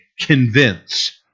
convince